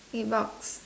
eight bucks